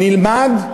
נלמד,